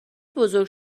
بزرگ